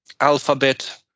Alphabet